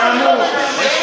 תודה על התיקון.